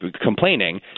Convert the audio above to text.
complaining